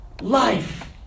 life